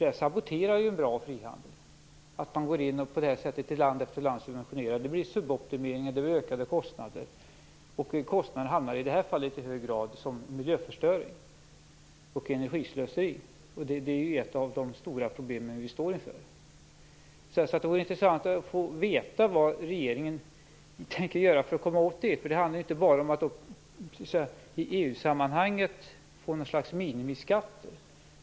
Det saboterar en bra frihandel att man på det här sättet går in i land efter land och subventionerar. Det leder till suboptimeringar och ökade kostnader. Kostnaderna handlar i det här fallet i hög grad om miljöförstöring och energislöseri. Detta är ett av de stora problem vi står inför. Det vore intressant att få veta vad regeringen tänker göra för att komma åt detta. Det handlar ju inte bara om att i EU-sammanhanget få något slags minimiskatter.